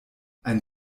ein